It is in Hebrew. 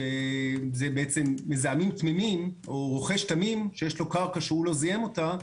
שזה בעצם מזהמים תמימים או רוכש תמים שיש לו קרקע שהוא לא זיהם אותה,